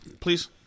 Please